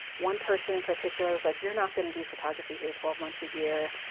one person in particular was like you're not gonna do photography here twelve months a year.